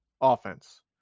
offense